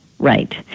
Right